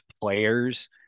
players